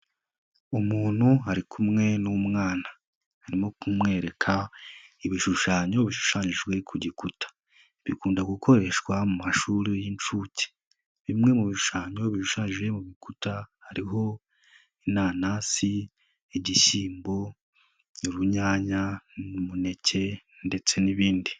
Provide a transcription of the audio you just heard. Umuntu ari kumwe n'umwana. Arimo kumwereka ibishushanyo bishushanyijwe ku gikuta. Bikunda gukoreshwa mu mashuri y'inshuke. Bimwe mu bishushanyo bishushanyije ku rukuta hariho inanasi, igishyimbo, urunyanya, umuneke ndetse n'ibindi.